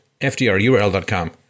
fdrurl.com